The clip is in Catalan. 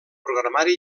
programari